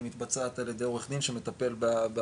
היא מתבצעת על ידי עורך דין שמטפל בעיסקה.